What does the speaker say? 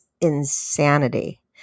insanity